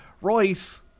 Royce